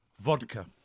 vodka